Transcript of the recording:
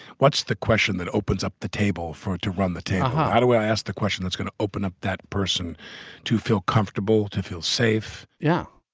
what's the question that opens up the table for to run the tape? how do i ask the question that's going to open up that person to feel comfortable? to feel safe? yeah.